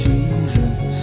Jesus